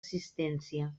assistència